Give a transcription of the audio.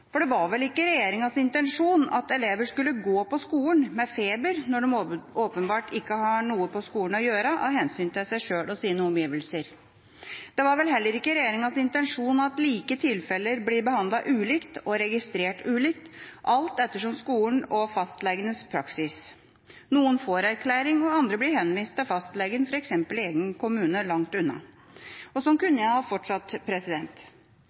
for det var vel ikke regjeringas intensjon at elever skal gå på skolen med feber når de åpenbart ikke har noe på skolen å gjøre, av hensyn til seg sjøl og sine omgivelser. Det var vel heller ikke regjeringas intensjon at like tilfeller blir behandlet ulikt og registrert ulikt, alt etter skolenes og fastlegenes praksis. Noen får erklæring, og andre blir henvist til fastlegen, f.eks. i sin egen kommune langt unna. Slik kunne jeg ha fortsatt.